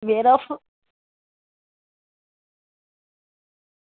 यरो